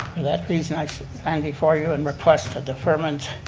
that reason i'm and before you and request a deferment,